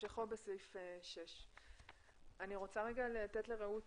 המשכו בעמוד 6. אני רוצה לתת לרעות